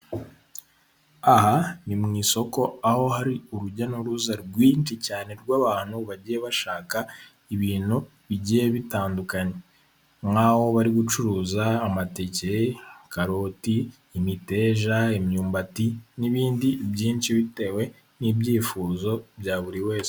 Ni muri gare hari haparitse imodoka za kwasiteri zikoreshwa na ajanse ya sitela.